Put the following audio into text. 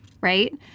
right